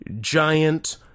giant